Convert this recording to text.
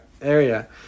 area